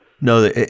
No